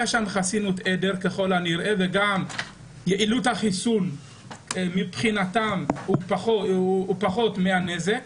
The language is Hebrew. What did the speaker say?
הנראה הייתה שם חסינות עדר וגם יעילות החיסון מבחינתם פחותה מהנזק.